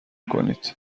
کنید